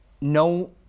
no